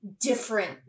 different